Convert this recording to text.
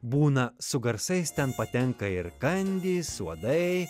būna su garsais ten patenka ir kandys uodai